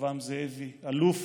רחבעם זאבי, אלוף